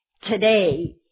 today